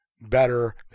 better